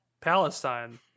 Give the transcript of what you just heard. Palestine